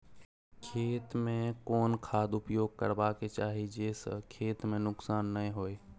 खेत में कोन खाद उपयोग करबा के चाही जे स खेत में नुकसान नैय होय?